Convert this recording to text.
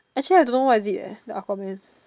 actually I don't know what is it eh the Aquaman